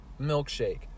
milkshake